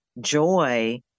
joy